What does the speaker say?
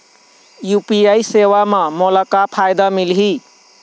UPI सेवा म मोला का फायदा मिलही?